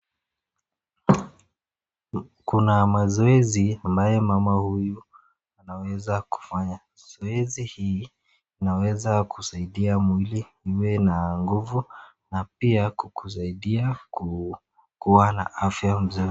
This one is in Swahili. Kuna mazoezi ambayo mama huyu anaweza kufanya. Zoezi hii inaweza kusaidia mwili iwe na nguvu na pia kukusaidia kuwa na afya nzuri.